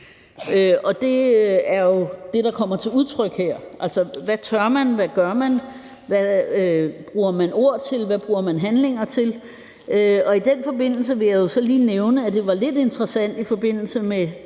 Det er jo det, der kommer til udtryk her: Hvad tør man? Hvad gør man? Hvad bruger man ord til? Hvad bruger man handlinger til? I den forbindelse vil jeg så lige nævne, at det var lidt interessant i forbindelse med